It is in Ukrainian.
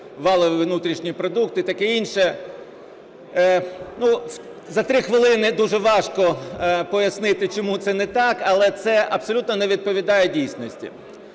валовий внутрішній продукт і таке інше. За 3 хвилини дуже важко пояснити, чому це не так, але це абсолютно не відповідає дійсності.